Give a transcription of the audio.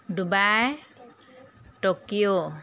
Dubai Tokyo